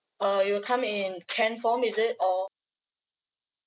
uh it will come in can form is it or